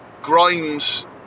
Grimes